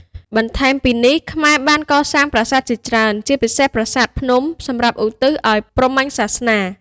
បន្ថែមពីនេះ ខ្មែរបានកសាងប្រាសាទជាច្រើន ជាពិសេសប្រាសាទភ្នំ សម្រាប់ឧទ្ទិសឱ្យព្រហ្មញ្ញសាសនា។